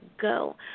go